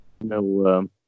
no